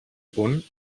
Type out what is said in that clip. punt